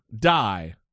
die